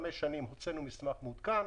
הוצאנו מסמך מעודכן,